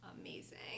amazing